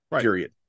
period